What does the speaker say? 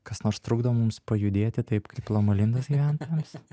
kas nors trukdo mums pajudėti taip kaip loma lindos gyventojams